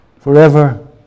forever